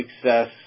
success